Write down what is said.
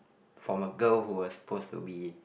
from a girl who was supposed to be